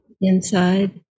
inside